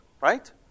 right